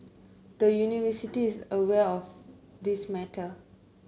the University is aware of this matter